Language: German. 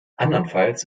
andernfalls